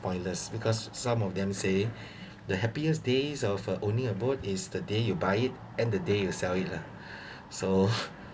pointless because some of them say the happiest days of uh owning a boat is the day you buy it and the day you sell it lah so